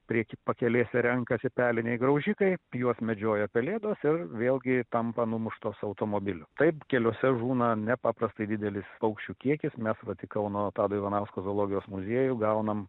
prieky pakelėse renkasi peliniai graužikai juos medžioja pelėdos ir vėlgi tampa numuštos automobilių taip keliuose žūna nepaprastai didelis paukščių kiekis mes vat į kauno tado ivanausko zoologijos muziejų gaunam